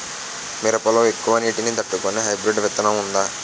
మిరప లో ఎక్కువ నీటి ని తట్టుకునే హైబ్రిడ్ విత్తనం వుందా?